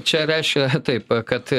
čia reiškia taip kad